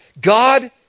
God